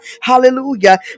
Hallelujah